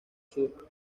sur